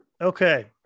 Okay